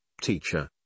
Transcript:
Teacher